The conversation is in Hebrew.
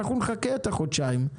נחכה חודשיים,